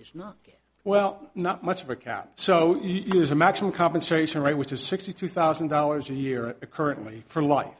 is not well not much of a cap so you use a maximum compensation right which is sixty two thousand dollars a year currently for life